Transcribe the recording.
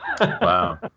Wow